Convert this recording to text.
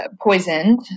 poisoned